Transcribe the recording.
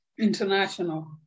international